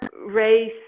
race